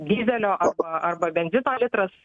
dyzelio arba arba benzino litras